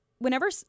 Whenever